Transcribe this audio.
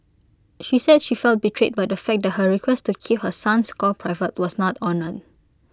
she said she felt betrayed by the fact that her request to keep her son's score private was not honoured